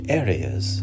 areas